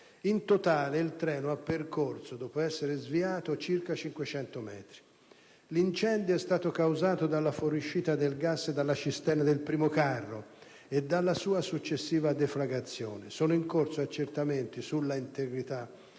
In totale, il treno ha percorso, dopo essere sviato, circa 500 metri. L'incendio è stato causato dalla fuoriuscita del gas dalla cisterna del primo carro e dalla sua successiva deflagrazione. Sono in corso accertamenti sulla integrità